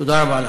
תודה רבה לך.